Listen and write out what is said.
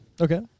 Okay